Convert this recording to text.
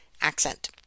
accent